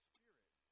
Spirit